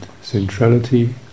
centrality